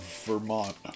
Vermont